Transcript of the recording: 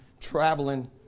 traveling